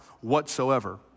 whatsoever